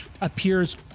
appears